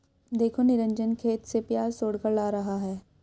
देखो निरंजन खेत से प्याज तोड़कर ला रहा है